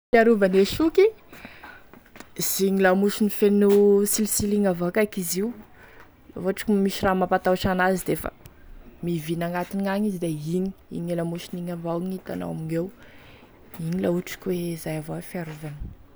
E fiarovane soky, sy igny lamosiny feno silosilo igny avao kaiky izy io, laha ohatry ki misy raha mampatahotry an'azy defa miviny agn'atiny gn'agny izy da igny igny e lamosiny igny avao gn'hitanao amigneo igny la ohatry ka hoe, zay avao e fiarovany.